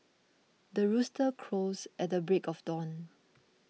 the rooster crows at the break of dawn